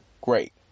great